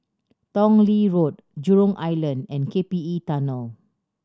Tong Lee Road Jurong Island and K P E Tunnel